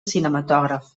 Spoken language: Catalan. cinematògraf